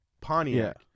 Pontiac